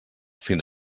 fins